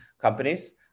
companies